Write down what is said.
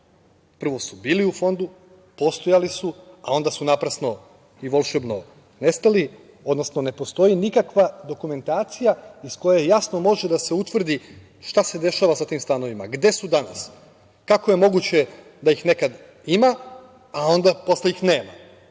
prvo su bili u fondu, postojali su, a onda su naprasno i volšebno nestali, odnosno ne postoji nikakva dokumentacija iz koje jasno može da se utvrdi šta se dešava sa tim stanovima, gde su danas, kako je moguće da ih nekad ima a onda posle ih nema,